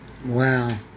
Wow